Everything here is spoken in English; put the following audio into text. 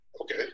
Okay